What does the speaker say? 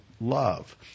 love